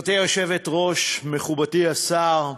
גברתי היושבת-ראש, מכובדי השר,